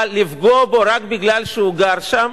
אבל לפגוע בו רק מפני שהוא גר שם?